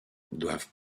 doivent